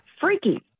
freaky